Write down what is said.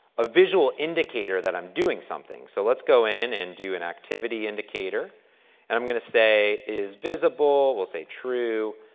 ah visual indicator that i'm doing something. so, let's go in and do an activity indicator and i'm going to say, is visible, we'll say true,